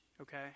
okay